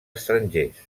estrangers